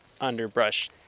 underbrush